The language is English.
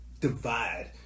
divide